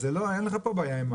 אז אין לך פה בעיה עם ראש העיר.